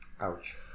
ouch